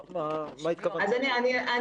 קודם כול,